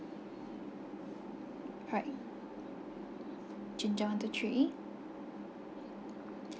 alright ginger one two three